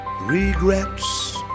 regrets